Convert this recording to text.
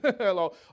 hello